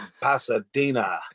Pasadena